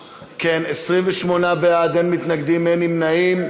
בעד, 28, אין מתנגדים, אין נמנעים.